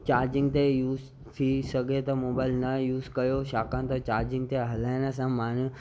charging ते use थी सघे त मोबाइल न यूज़ कयो छाकणि त चार्जिंग ते हलाइण सां माण्हू